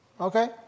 Okay